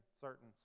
certain